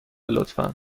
لطفا